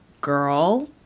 girl